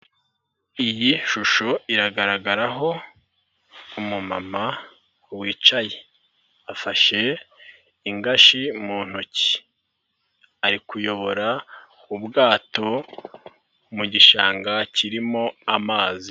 Iyi shusho iragaragaraho umumama wicaye. Afashe ingashyi mu ntoki. Ari kuyobora ubwato mu gishanga kirimo amazi.